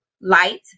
light